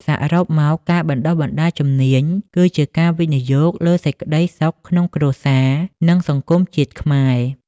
សរុបមក ការបណ្ដុះបណ្ដាលជំនាញគឺជាការវិនិយោគលើសេចក្ដីសុខក្នុងគ្រួសារ និងសង្គមជាតិខ្មែរ។